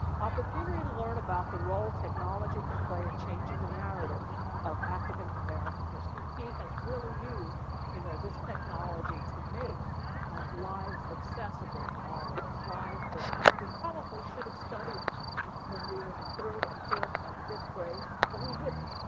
opportunity to learn about the role technology can play in changing the narrative of african-american history. he has really used you know this technology to make lives accessible to all of us. lives that we probably should have studied when we were in third, and fourth, and fifth grade, but we didn't.